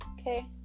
okay